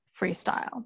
freestyle